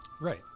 Right